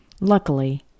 Luckily